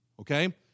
okay